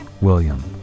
William